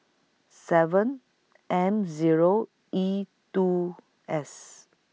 seven M Zero E two S